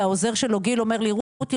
העוזר שלו גיל אמר לי: רותי,